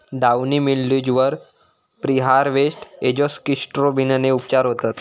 downy mildews वर preharvest एजोक्सिस्ट्रोबिनने उपचार होतत